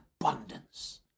abundance